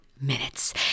minutes